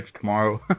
tomorrow